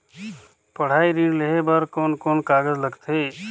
पढ़ाई ऋण लेहे बार कोन कोन कागज लगथे?